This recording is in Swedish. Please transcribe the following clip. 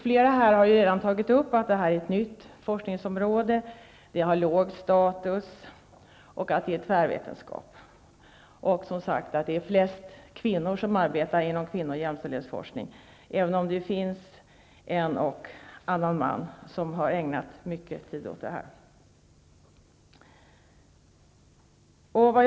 Flera talare har här tagit upp att detta är ett nytt forskningsområde, att det har låg status och är tvärvetenskapligt och att det är främst kvinnor som arbetar med kvinno och jämställdhetsforskning, även om det finns en och annan man som har ägnat mycket tid åt detta.